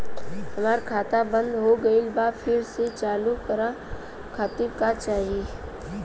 हमार खाता बंद हो गइल बा फिर से चालू करा खातिर का चाही?